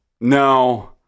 No